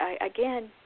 again